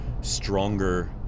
stronger